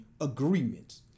agreements